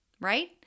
right